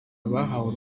abahawe